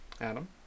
Adam